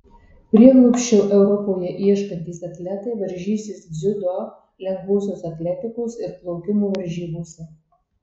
prieglobsčio europoje ieškantys atletai varžysis dziudo lengvosios atletikos ir plaukimo varžybose